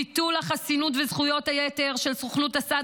ביטול החסינות וזכויות היתר של סוכנות הסעד